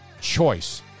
choice